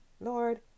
Lord